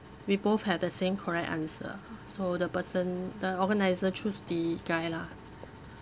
we both had the same correct answer so the person the organiser choose the guy lah